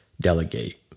delegate